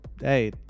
Hey